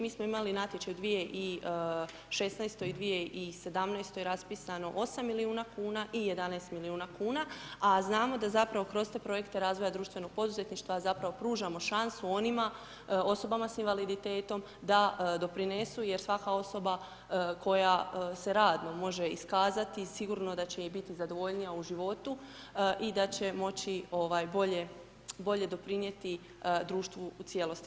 Mi smo imali natječaj 2016.-toj i 2017.-toj raspisano 8 milijuna kuna i 11 milijuna kuna, a znamo, da zapravo kroz te projekte razvoja društvenog poduzetništva zapravo, pružamo šansu onima, osobama s invaliditetom da doprinesu, jer svaka osoba koja se radno može iskazati, sigurno da će i biti zadovoljnija u životu i da će moći, ovaj bolje doprinijeti društvu u cijelosti.